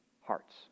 hearts